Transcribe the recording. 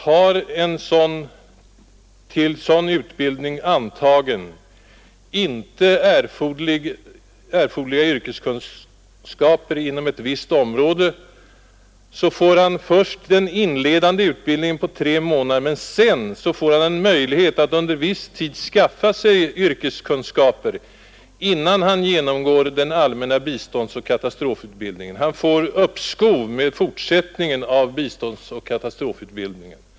Har en till sådan utbildning antagen värnpliktig inte erforderliga yrkeskunskaper inom ett visst område, får han först den inledande utbildningen på tre månader, men sedan får han möjlighet att under viss tid skaffa sig yrkeskunskaper innan han genomgår den allmänna och längre biståndsoch katastrofutbildningen. Han får alltså uppskov med fortsättningen av biståndsoch katastrofutbildningen.